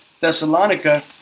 Thessalonica